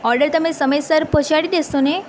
order તમે સમયસર પહોંચાડી દેશોને